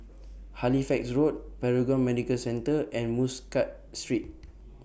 Halifax Road Paragon Medical Centre and Muscat Street